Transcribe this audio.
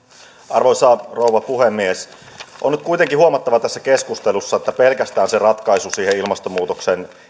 arvoisa rouva puhemies on nyt kuitenkin huomattava tässä keskustelussa että se ratkaisu siihen ilmastonmuutoksen